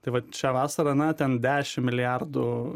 tai vat šią vasarą na ten dešim milijardų